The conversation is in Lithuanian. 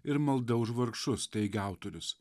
ir malda už vargšus teigia autorius